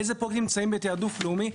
איזה פרויקטים נמצאים בתעדוף לאומי.